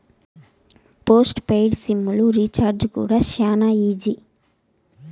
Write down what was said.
post paid సిమ్ లు recharge కూడా శానా ఈజీ